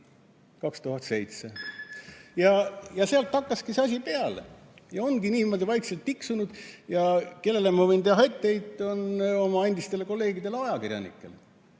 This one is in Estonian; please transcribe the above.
2007 ja sealt hakkaski see asi peale ja on niimoodi vaikselt tiksunud. Kellele ma võin teha etteheiteid? Oma endistele kolleegidele ajakirjanikele.